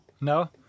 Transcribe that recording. No